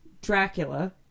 Dracula